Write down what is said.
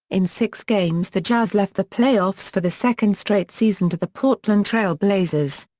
in six games the jazz left the playoffs for the second straight season to the portland trail blazers.